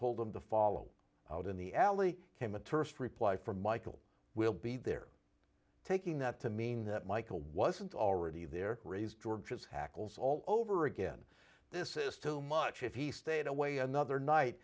told them to follow out in the alley came a terse reply from michael will be there taking that to mean that michael wasn't already there raised george's hackles all over again this is too much if he stayed away another night